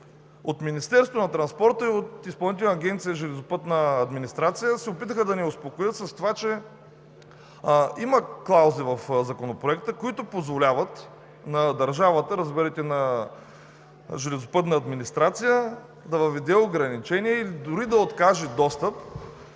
От Министерството на транспорта и от Изпълнителната агенция „Железопътна администрация“ се опитаха да ни успокоят, че има клаузи в Законопроекта, които позволяват на държавата, разбирайте на Железопътната администрация, да въведе ограничения или дори да откаже достъп,